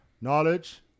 Knowledge